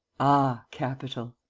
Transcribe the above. ah, capital!